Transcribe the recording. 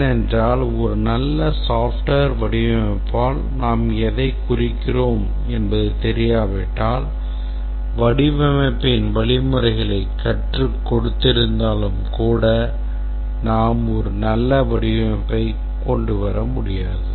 ஏனென்றால் ஒரு நல்ல software வடிவமைப்பால் நாம் எதைக் குறிக்கிறோம் என்பது தெரியாவிட்டால் வடிவமைப்பின் வழிமுறைகளைக் கற்றுக் கொடுத்திருந்தாலும் கூட நாம் ஒரு நல்ல வடிவமைப்பைக் கொண்டு வர முடியாது